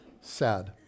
Sad